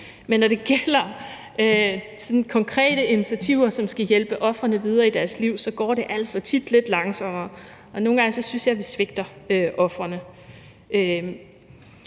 at når det gælder konkrete initiativer, som skal hjælpe ofrene videre i deres liv, går det altså tit lidt langsommere, og nogle gange synes jeg, at vi svigter ofrene.